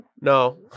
No